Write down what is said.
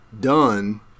done